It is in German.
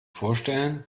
vorstellen